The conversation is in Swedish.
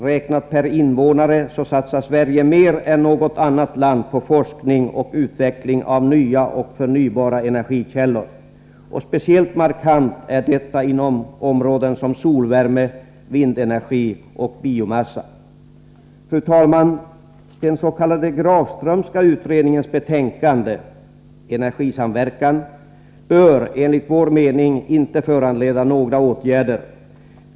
Räknat per invånare satsar Sverige mer än något annat land på forskning och utveckling av nya och förnybara energikällor. Speciellt markant är detta inom områden som solvärme, vindenergi och biomassa. Fru talman! Den s.k. Grafströmska utredningens betänkande, Energisamverkan, bör enligt vår mening inte föranleda några åtgärder.